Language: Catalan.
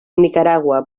nicaragua